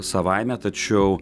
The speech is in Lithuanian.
savaime tačiau